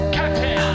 captain